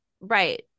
right